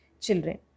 children